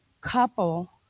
couple